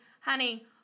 honey